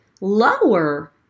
lower